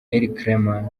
elcrema